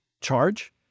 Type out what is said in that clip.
charge